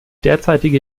derzeitige